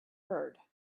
heard